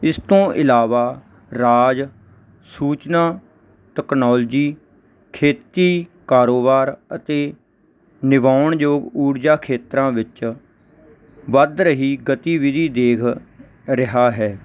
ਇਸ ਤੋਂ ਇਲਾਵਾ ਰਾਜ ਸੂਚਨਾ ਟੈਕਨੋਲਜੀ ਖੇਤੀ ਕਾਰੋਬਾਰ ਅਤੇ ਨਵਿਆਣਯੋਗ ਊਰਜਾ ਖੇਤਰਾਂ ਵਿੱਚ ਵੱਧ ਰਹੀ ਗਤੀਵਿਧੀ ਦੇਖ ਰਿਹਾ ਹੈ